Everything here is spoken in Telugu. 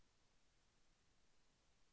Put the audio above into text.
సేంద్రియ పద్ధతుల్లో కూరగాయ పంటలను ఎలా పండించాలి?